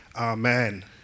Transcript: Amen